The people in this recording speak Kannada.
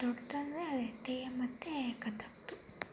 ದೊಡ್ದು ಅಂದರೆ ತೆಯ್ಯಮ್ ಮತ್ತು ಕಥಕ್ದು